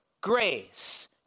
grace